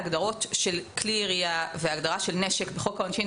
ההגדרות של כלי ירייה וההגדרה של נשק בחוק העונשין,